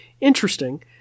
interesting